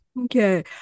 Okay